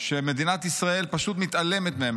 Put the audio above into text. ומדינת ישראל פשוט מתעלמת מהם.